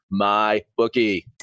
MyBookie